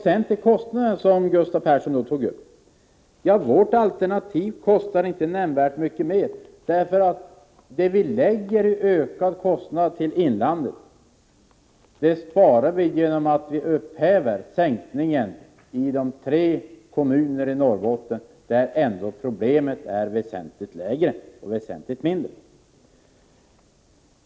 Gustav Persson tog också upp kostnaderna. Vårt alternativ kostar inte nämnvärt mycket mer, för det vi lägger ned i ökade kostnader till inlandet sparar vi genom att upphäva sänkningen av arbetsgivaravgifterna i de tre kommuner i Norrbotten där problemet är väsentligt mindre.